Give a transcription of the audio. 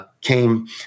came